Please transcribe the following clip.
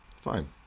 Fine